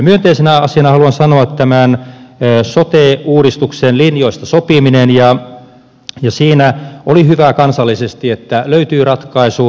myönteisenä asiana haluan sanoa tämän sote uudistuksen linjoista sopimisen ja siinä oli hyvää kansallisesti että löytyi ratkaisu